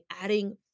adding